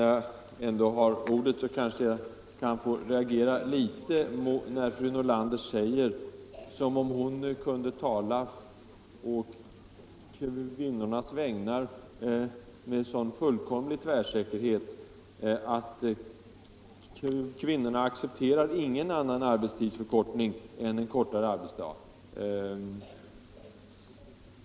Jag blev förvånad när fru Nordlander sade - som om hon kunde tala med så fullkomlig tvärsäkerhet å kvinnornas vägnar — att kvinnorna inte accepterar någon annan arbetstidsförkortning än en kortare arbetsdag.